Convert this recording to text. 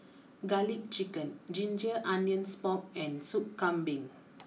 Garlic Chicken Ginger Onions Pork and Soup Kambing